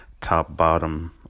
top-bottom